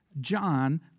John